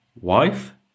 wife